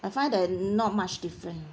I find that not much different